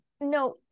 No